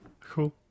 cool